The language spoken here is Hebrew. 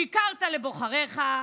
שיקרת לבוחריך,